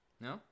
No